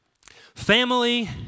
family